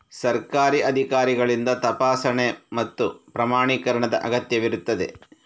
ಸರ್ಕಾರಿ ಅಧಿಕಾರಿಗಳಿಂದ ತಪಾಸಣೆ ಮತ್ತು ಪ್ರಮಾಣೀಕರಣದ ಅಗತ್ಯವಿರುತ್ತದೆ